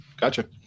Gotcha